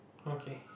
okay